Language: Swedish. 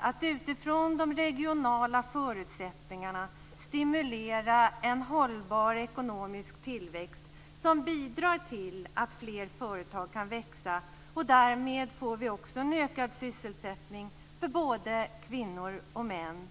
att man utifrån de regionala förutsättningarna stimulerar en hållbar ekonomisk tillväxt som bidrar till att fler företag kan växa. Därmed får vi också en ökad sysselsättning för både kvinnor och män.